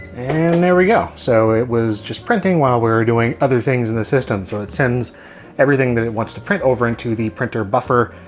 and there we go. so it was just printing while we were doing other things in the system. so it sends everything that it wants to print over into the printer buffer.